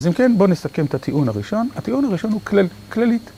אז אם כן, בואו נסכם את הטיעון הראשון. הטיעון הראשון הוא כללית.